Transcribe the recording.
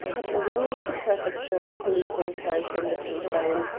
had rung up the prefecture of police in paris on the telephone.